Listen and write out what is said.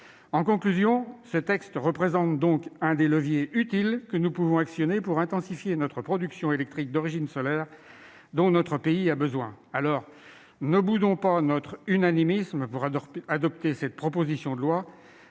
En conclusion, ce texte représente l'un des leviers utiles que nous pouvons actionner pour intensifier la production électrique d'origine solaire dont notre pays a besoin. Ne boudons pas notre unanimisme pour adopter cette proposition de loi,